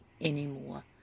anymore